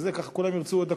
כולם ירצו עוד דקות,